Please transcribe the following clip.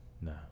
No